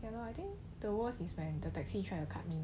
you know I think the worst is when the taxi tried to cut me